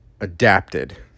adapted